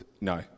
no